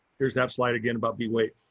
here's that slide again about bee weight.